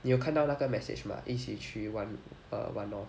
你有看到那个 message 吗一起去 one err one north